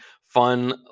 fun